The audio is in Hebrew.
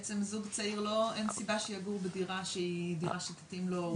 כי בעצם זוג צעיר אין סיבה שהוא יגור בדירה שהיא דירה שתתאים לו.